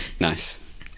Nice